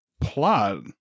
plot